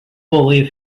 believe